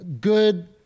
good